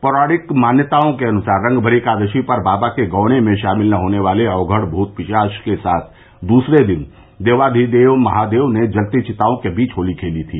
पौराणिक मान्यताओं के अनुसार रंगभरी एकादशी पर बाबा के गौने में शामिल न होने वाले औघड़ भूत पिशाच के साथ दूसरे दिन देवाधिदेव महादेव ने जलती चिताओं के बीच होली खेली थी